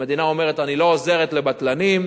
המדינה אומרת: אני לא עוזרת לבטלנים.